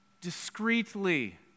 discreetly